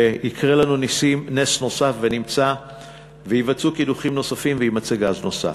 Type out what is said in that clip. ויקרה לנו נס נוסף ויבוצעו קידוחים נוספים ויימצא גז נוסף.